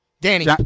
Danny